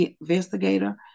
investigator